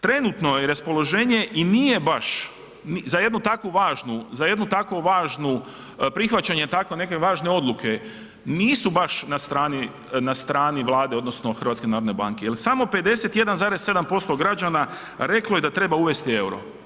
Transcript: Trenutno je raspoloženje i nije baš za jednu takvu važnu, ja jednu tako važnu, prihvaćanje tako neke važne odluke, nisu baš na strani Vlade odnosno HNB-a jer samo 51,7% građana reklo je da treba uvesti euro.